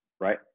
right